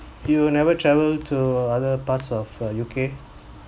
you will never travel to other parts of err U_K